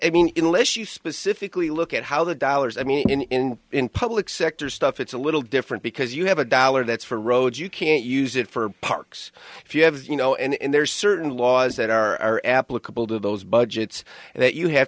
i mean unless you specifically look at how the dollars i mean in in public sector stuff it's a little different because you have a dollar that's for roads you can't use it for parks if you have as you know and there's certain laws that are applicable to those budgets that you have